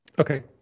Okay